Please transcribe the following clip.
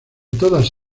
todas